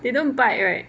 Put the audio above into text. they don't bite right